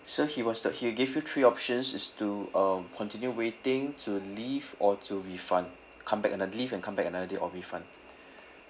sir he was he gave you three options is to uh continue waiting to leave or to refund come back anoth~ leave and come back another or refund